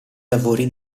lavori